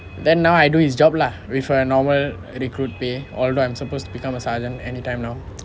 then now I do his job lah with a normal recruit pay although I'm supposed to become a sergeant anytime now